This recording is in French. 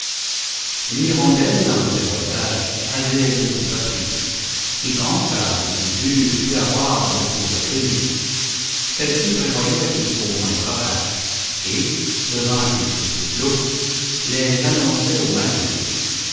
une hirondelle en ses voyages avait beaucoup appris quiconque a beaucoup vu peut avoir beaucoup retenu celle-ci prévoyait jusqu'aux moindres orages et devant qu'ils fussent éclos les annonçait aux matelots